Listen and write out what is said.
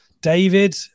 David